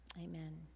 Amen